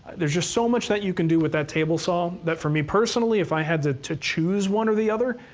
there's just so much that you can do with that table saw, that for me, personally, if i had to choose one or the other,